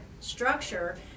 structure